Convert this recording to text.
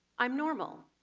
i'm normal.